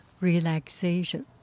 relaxation